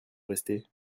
rester